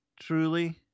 truly